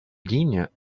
ligne